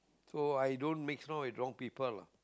so i don't mix around with wrong people lah